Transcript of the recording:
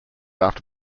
after